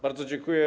Bardzo dziękuję.